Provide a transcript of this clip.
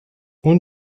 اون